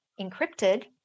encrypted